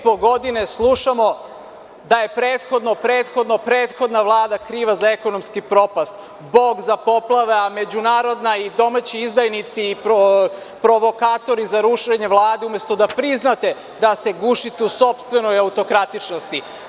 Dve i po godine slušamo da je prethodna, prethodna, prethodna vlada kriva za ekonomski propast, Bog za poplave, a međunarodni i domaći izdajnici provokatori za rušenje vlade, umesto da priznate da se gušite u sopstvenoj autokratičnosti.